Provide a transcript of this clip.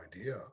idea